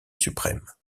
suprême